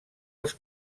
als